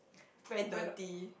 very dirty